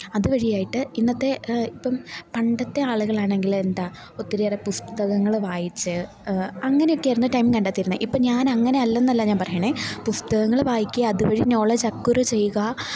അതുവഴിയായിട്ട് ഇന്നത്തെ ഇപ്പം പണ്ടത്തെ ആളുകളാണെങ്കിലെന്താണ് ഒത്തിരിയേറെ പുസ്തകങ്ങള് വായിച്ച് അങ്ങനെയൊക്കെയായിരുന്നു ടൈം കണ്ടെത്തിയിരുന്നത് ഇപ്പം ഞാനങ്ങനെയല്ലെന്നല്ല ഞാൻ പറയുന്നത് പുസ്തകങ്ങള് വായിക്കുക അതുവഴി നോളജ് അക്വയര് ചെയ്യുക